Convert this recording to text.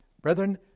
Brethren